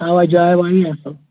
اَوہ جاے واریاہ اَصٕل